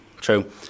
true